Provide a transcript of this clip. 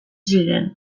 ziren